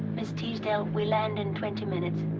miss teasdale. we land in twenty minutes.